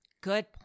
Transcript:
Good